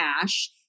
cash